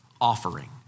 offering